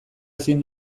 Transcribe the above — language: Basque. ezin